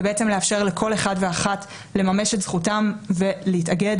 ולאפשר לכל אחת ואחד לממש את זכותם ולהתאגד,